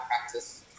practice –